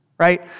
right